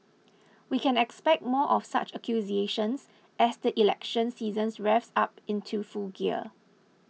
we can expect more of such accusations as the election season revs up into full gear